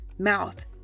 mouth